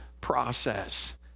process